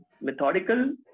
methodical